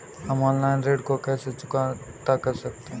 हम ऑनलाइन ऋण को कैसे चुकता कर सकते हैं?